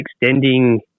extending